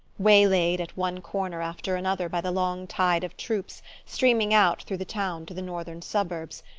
waylaid at one corner after another by the long tide of troops streaming out through the town to the northern suburbs,